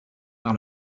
par